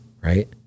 right